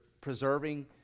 preserving